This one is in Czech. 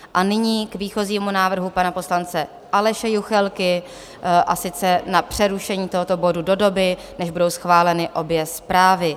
A nyní k výchozímu návrhu pana poslance Aleše Juchelky, a sice na přerušení tohoto bodu do doby, než budou schváleny obě zprávy.